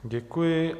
Děkuji.